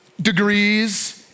degrees